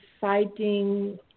fighting